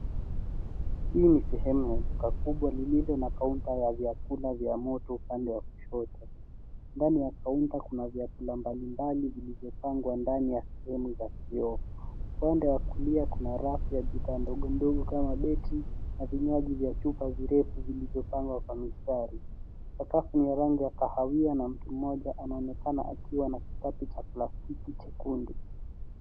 Huu ni sehemu ya duka kubwa lililo na kaunta ya vyakula vya moto upande wa kushoto. Ndani ya kaunta kuna vyakula mbalimbali vilivyopangwa kwa ndani ya sehemu za kioo. Upande wa kulia kuna rafu ya bidhaa ndogo ndogo kama beti na vinywaji vya chupa virefu vilivyopangwa kwa mistari. Sakafu ni ya rangi ya kahawia na mtu mmoja anaonekana akiwa anapaki chakula hiki chekundu.